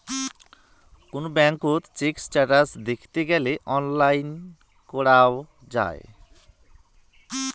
কোন ব্যাঙ্কত check status দেখত গেলে অনলাইন করাঙ যাই